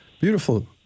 Beautiful